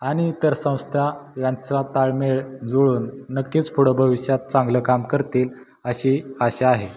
आणि इतर संस्था यांचा ताळमेळ जुळून नक्कीच पुढे भविष्यात चांगलं काम करतील अशी आशा आहे